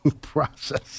process